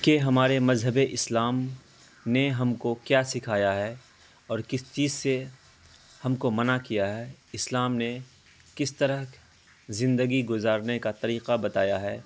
کہ ہمارے مذہب اسلام نے ہم کو کیا سکھایا ہے اور کس چیز سے ہم کو منع کیا ہے اسلام نے کس طرح زندگی گزارنے کا طریقہ بتایا ہے